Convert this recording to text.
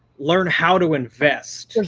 learn how to invest,